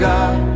God